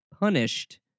Punished